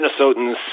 Minnesotans